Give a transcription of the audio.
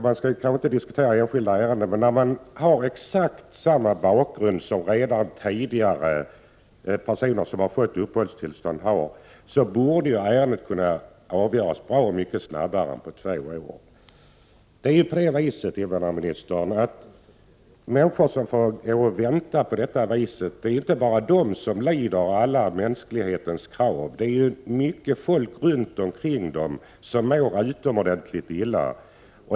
Man skall inte diskutera enskilda ärenden här, men när en person har exakt samma bakgrund som en annan person som har fått uppehållstillstånd tidigare, borde ärendet kunna avgöras bra mycket snabbare än på två år. Inte bara de som väntar på besked lider omänskliga kval, utan också många människor i deras omgivning mår utomordentligt illa.